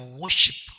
worship